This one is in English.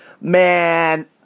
man